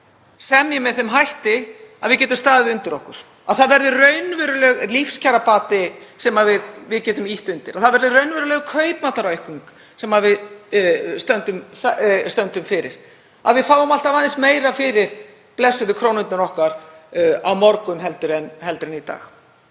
semji með þeim hætti að við getum staðið undir okkur, að það verði raunverulegur lífskjarabati sem við getum ýtt undir, að það verði raunveruleg kaupmáttaraukning sem við stöndum fyrir, að við fáum alltaf aðeins meira fyrir blessuðu krónurnar okkar á morgun en í dag.